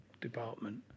department